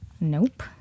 Nope